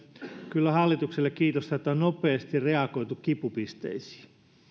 kyllä hallitukselle kiitosta että on nopeasti reagoitu kipupisteisiin